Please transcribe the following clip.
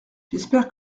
j’espère